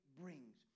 brings